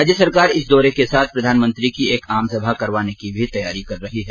राज्य सरकार इस दौरे के साथ प्रधानमंत्री की एक आम सभा करवाने की भी तैयारियां कर रही है